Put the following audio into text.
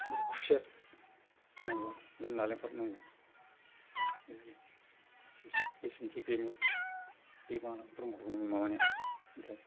ओमफ्राय खुसेर नांगौ बा नालेंखर नांगौ बे एसेनोसै बेनो बेनो आरो माबानिया ओमफ्राय